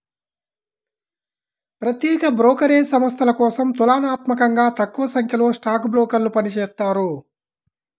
ప్రత్యేక బ్రోకరేజ్ సంస్థల కోసం తులనాత్మకంగా తక్కువసంఖ్యలో స్టాక్ బ్రోకర్లు పనిచేత్తారు